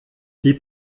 die